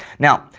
now,